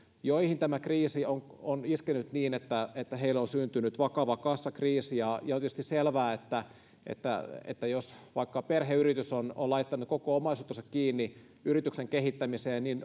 joihin tämä kriisi on on iskenyt niin että että heille on syntynyt vakava kassakriisi ja on tietysti selvää ja minusta aika kohtuutonta että jos vaikka perheyritys on on laittanut koko omaisuutensa kiinni yrityksen kehittämiseen niin